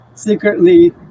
secretly